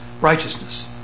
righteousness